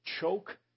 choke